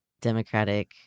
Democratic